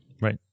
Right